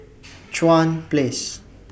Chuan Place